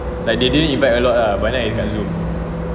like they didn't invite a lot lah but then it's kat Zoom